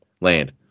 land